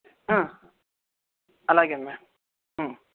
అలాగే మ్యామ్